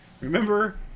Remember